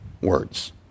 words